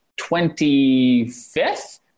25th